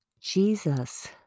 Jesus